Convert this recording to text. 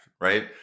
Right